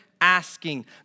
asking